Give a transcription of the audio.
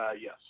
yes